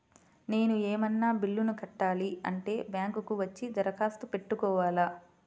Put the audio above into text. నేను ఏమన్నా బిల్లును కట్టాలి అంటే బ్యాంకు కు వచ్చి దరఖాస్తు పెట్టుకోవాలా?